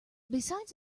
besides